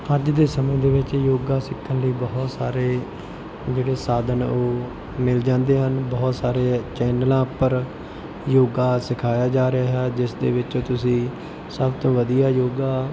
ਅੱਜ ਦੇ ਸਮੇਂ ਦੇ ਵਿੱਚ ਯੋਗਾ ਸਿੱਖਣ ਲਈ ਬਹੁਤ ਸਾਰੇ ਜਿਹੜੇ ਸਾਧਨ ਉਹ ਮਿਲ ਜਾਂਦੇ ਹਨ ਬਹੁਤ ਸਾਰੇ ਚੈਨਲਾਂ ਉੱਪਰ ਯੋਗਾ ਸਿਖਾਇਆ ਜਾ ਰਿਹਾ ਹੈ ਜਿਸ ਦੇ ਵਿੱਚ ਤੁਸੀਂ ਸਭ ਤੋਂ ਵਧੀਆ ਯੋਗਾ